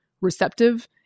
receptive